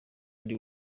ari